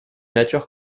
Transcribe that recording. nature